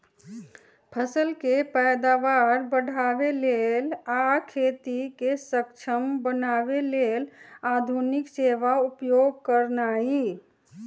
फसल के पैदावार बढ़ाबे लेल आ खेती के सक्षम बनावे लेल आधुनिक सेवा उपयोग करनाइ